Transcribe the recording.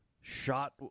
shot